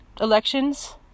elections